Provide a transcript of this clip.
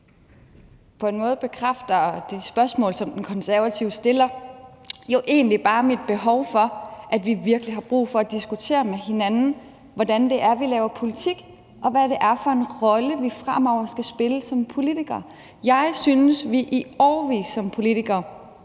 På en måde bekræfter det spørgsmål, som den konservative ordfører stiller, jo egentlig bare mit synspunkt om, at vi virkelig har brug for at diskutere med hinanden, hvordan det er, vi laver politik, og hvad det er for en rolle, vi fremover skal spille som politikere. Jeg synes, at vi som politikere